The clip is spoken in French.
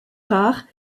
rare